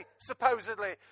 supposedly